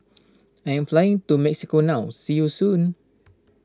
I am flying to Mexico now see you soon